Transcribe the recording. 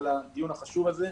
על הדיון החשוב הזה.